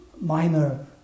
minor